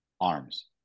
arms